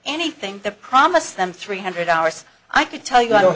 anything the promise them three hundred dollars i could tell you i don't